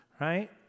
right